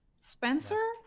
spencer